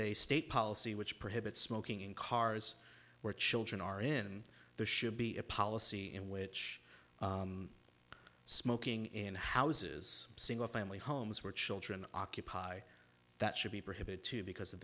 a state policy which prohibits smoking in cars where children are in the should be a policy in which smoking in houses single family homes where children occupy that should be prohibited to because